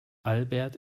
albert